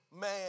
man